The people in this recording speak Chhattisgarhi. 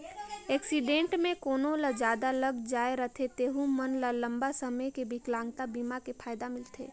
एक्सीडेंट मे कोनो ल जादा लग जाए रथे तेहू मन ल लंबा समे के बिकलांगता बीमा के फायदा मिलथे